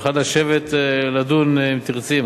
נוכל לשבת לדון אם תרצי,